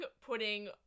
putting